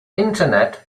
internet